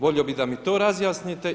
Volio bi da mi to razjasnite.